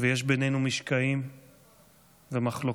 ויש בינינו משקעים ומחלוקות